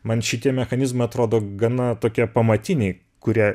man šitie mechanizmai atrodo gana tokie pamatiniai kurie